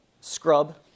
Scrub